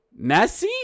Messi